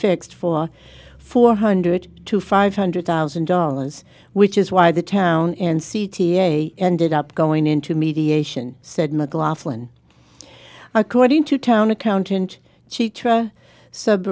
fixed for four hundred to five hundred thousand dollars which is why the town in c t a ended up going into mediation said mclaughlin according to town accountant she